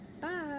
bye